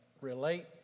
relate